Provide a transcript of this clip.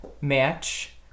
match